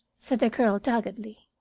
said the girl doggedly.